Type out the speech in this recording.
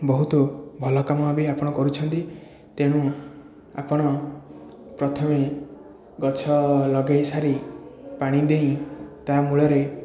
ବହୁତ ଭଲ କାମ ବି ଆପଣ କରୁଛନ୍ତି ତେଣୁ ଆପଣ ପ୍ରଥମେ ଗଛ ଲଗେଇ ସାରି ପାଣି ଦେଇ ତା ମୂଳରେ